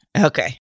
Okay